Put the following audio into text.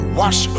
wash